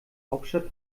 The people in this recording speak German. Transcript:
hauptstadt